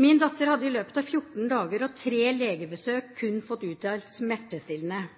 Min datter hadde i løpet av 14 dager og tre legebesøk kun fått utdelt smertestillende.